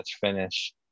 finish